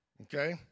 Okay